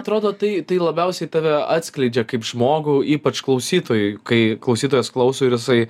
atrodo tai tai labiausiai tave atskleidžia kaip žmogų ypač klausytojui kai klausytojas klauso ir jisai